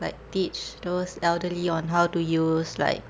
like teach those elderly on how to use like